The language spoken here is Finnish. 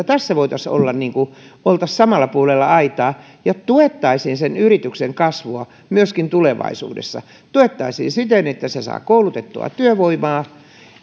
tässä voitaisiin olla samalla puolella aitaa ja tuettaisiin sen yrityksen kasvua myöskin tulevaisuudessa tuettaisiin siten että se saa koulutettua työvoimaa